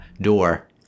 door